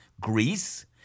Greece